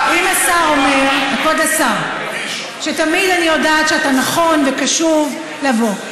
כבוד השר, אני יודעת שאתה תמיד נכון וקשוב לבוא.